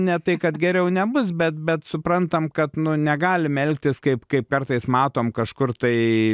ne tai kad geriau nebus bet bet suprantam kad negalim elgtis kaip kaip kartais matom kažkur tai